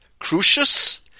Crucius